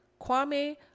Kwame